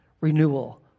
renewal